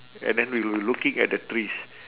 and then we were looking at the trees